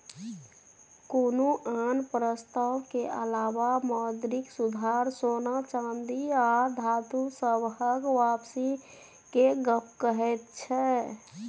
कुनु आन प्रस्ताव के अलावा मौद्रिक सुधार सोना चांदी आ धातु सबहक वापसी के गप कहैत छै